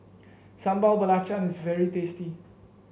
Sambal Belacan is very tasty